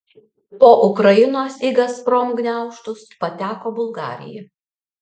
po ukrainos į gazprom gniaužtus pateko bulgarija